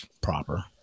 proper